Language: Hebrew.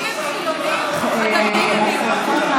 70 הם חילונים והדתיים הם מיעוט.